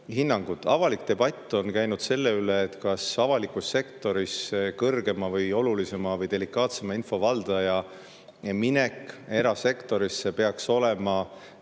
hinnangud. Avalik debatt on käinud selle üle, kas avalikus sektoris olulisema või delikaatsema info valdaja minek erasektorisse peaks olema